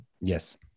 Yes